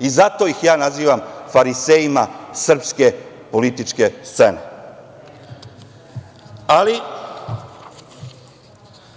Zato ih ja nazivam farisejima srpske političke scene. Neće